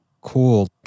cool